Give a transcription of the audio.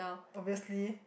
obviously